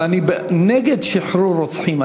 אבל אני נגד שחרור רוצחים.